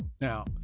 Now